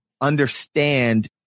understand